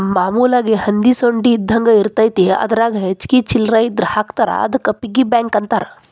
ಮಾಮೂಲಾಗಿ ಹಂದಿ ಸೊಂಡಿ ಇದ್ದಂಗ ಇರತೈತಿ ಅದರಾಗ ಹೆಚ್ಚಿಗಿ ಚಿಲ್ಲರ್ ಇದ್ರ ಹಾಕ್ತಾರಾ ಅದಕ್ಕ ಪಿಗ್ಗಿ ಬ್ಯಾಂಕ್ ಅಂತಾರ